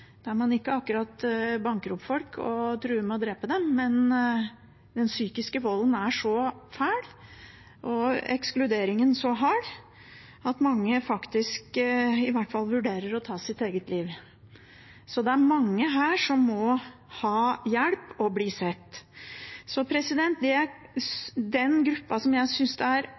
man ikke akkurat banker opp folk og truer med å drepe dem, men der den psykiske volden er så fæl og ekskluderingen så hard at mange faktisk vurderer å ta sitt eget liv. Så det er mange som må ha hjelp og bli sett. Den gruppen jeg synes det er aller vanskeligst å finne gode grep for, er